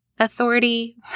Authority